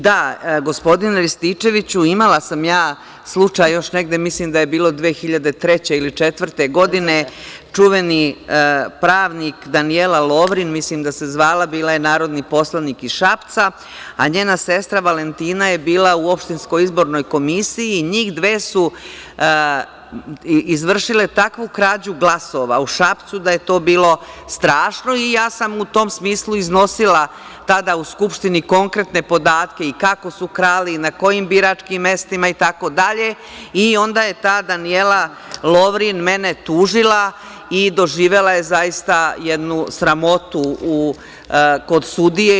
Da, gospodine Rističeviću, imala sam slučaj još negde, mislim da je bilo 2003. ili 2004. godine, čuveni pravnik Danijela Lovrin, mislim da se zvala, bila je narodni poslanik iz Šapca, a njena sestra Valentina je bila u Opštinskoj izbornoj komisiji i njih dve su izvršile takvu krađu glasova u Šapcu da je to bilo strašno i ja sam u tom smislu iznosila tada u Skupštini konkretne podatke i kako su krali, na kojim biračkim mestima, itd, onda je ta Danijela Lovrin mene tužila i doživela je zaista jednu sramotu kod sudije.